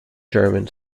german